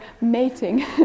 mating